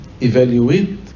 evaluate